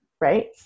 right